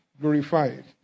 glorified